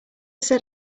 said